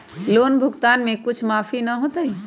Loan भुगतान में कुछ माफी न होतई?